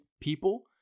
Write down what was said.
people